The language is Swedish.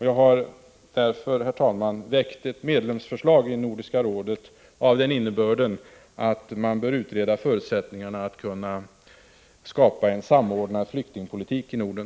Jag har därför, herr talman, väckt ett medlemsförslag i Nordiska rådet av den innebörden att man bör utreda förutsättningarna för att skapa en samordnad flyktingpolitik i Norden.